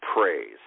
praise